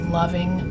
loving